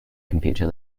computer